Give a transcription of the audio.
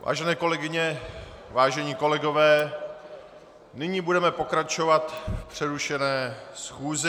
Vážené kolegyně, vážení kolegové, nyní budeme pokračovat v přerušené schůzi.